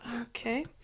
Okay